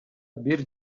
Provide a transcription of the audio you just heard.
бир